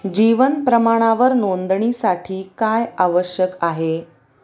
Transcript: जीवन प्रमाणावर नोंदणीसाठी काय आवश्यक आहे